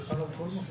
זה חל על כל מוסד,